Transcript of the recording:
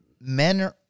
men